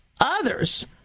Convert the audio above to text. Others